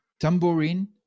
Tambourine